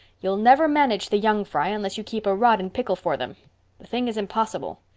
you'll never manage the young fry unless you keep a rod in pickle for them. the thing is impossible.